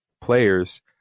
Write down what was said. players